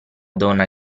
donna